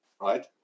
right